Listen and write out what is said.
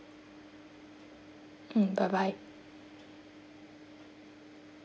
mm bye bye